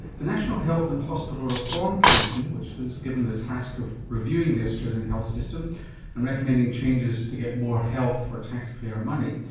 the national health and hospital reform commission, which was given the task of reviewing the australian health system and recommending changes to get more health for taxpayer money,